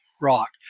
rock